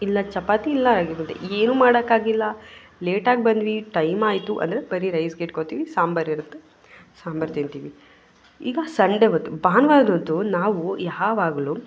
ಇಲ್ಲಾ ಚಪಾತಿ ಇಲ್ಲ ರಾಗಿ ಮುದ್ದೆ ಏನೂ ಮಾಡೋಕ್ಕಾಗಿಲ್ಲ ಲೇಟಾಗಿ ಬಂದ್ವಿ ಟೈಮ್ ಆಯಿತು ಅಂದರೆ ಬರೀ ರೈಸಿಗೆ ಇಟ್ಕೊತೀವಿ ಸಾಂಬಾರ್ ಇರುತ್ತೆ ಸಾಂಬಾರ್ ತಿಂತೀವಿ ಈಗ ಸಂಡೇ ಬಂತು ಭಾನುವಾರ್ದ್ಹೊತ್ತು ನಾವು ಯಾವಾಗಲೂ